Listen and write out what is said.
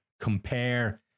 compare